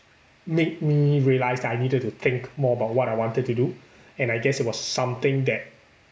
make me realise that I needed to think more about what I wanted to do and I guess it was something that